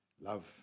Love